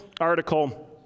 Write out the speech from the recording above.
article